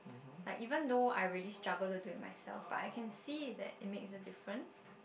like even though I really struggle to do it myself but I can see that it makes a difference